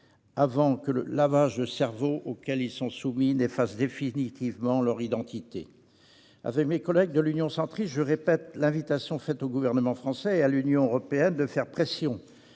avant que le lavage de cerveau auquel ils sont soumis n'efface définitivement leur identité. Avec mes collègues de l'Union Centriste, je répète l'invitation faite au gouvernement français et à l'Union européenne de faire pression